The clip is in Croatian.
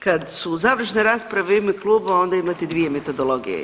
Kad su završne rasprave u ime kluba onda imate dvije metodologije.